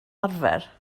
arfer